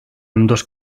ambdós